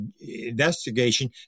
investigation